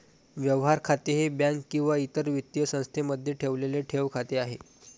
व्यवहार खाते हे बँक किंवा इतर वित्तीय संस्थेमध्ये ठेवलेले ठेव खाते आहे